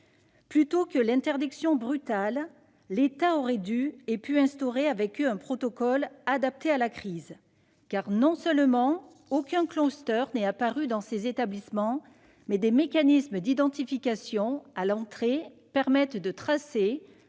Plutôt que l'interdiction brutale, l'État aurait dû et pu instaurer avec eux un protocole adapté à la crise. En effet, non seulement aucun cluster n'est apparu dans ces établissements, mais des mécanismes d'identification à l'entrée permettent de tracer